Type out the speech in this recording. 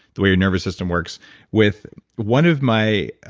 the way your nervous system works with one of my.